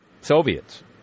Soviets